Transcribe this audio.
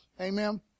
Amen